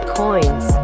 coins